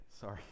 sorry